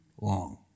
long